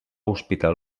hospital